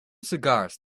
cigars